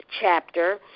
chapter